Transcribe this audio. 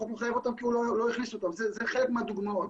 זה חלק מהדוגמאות.